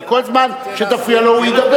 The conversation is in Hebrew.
כי כל זמן שתפריע לו הוא ידבר.